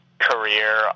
career